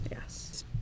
Yes